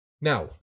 Now